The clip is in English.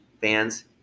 fans